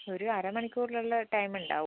ഒരു അര മണിക്കൂറിൽ ഉള്ള ടൈമുണ്ടാവും